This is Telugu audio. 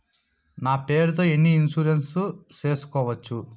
నా పేరుతో ఎన్ని ఇన్సూరెన్సులు సేసుకోవచ్చు?